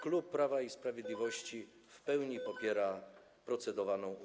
Klub Prawa i Sprawiedliwości w pełni popiera procedowaną ustawę.